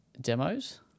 demos